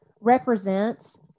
represents